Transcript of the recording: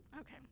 okay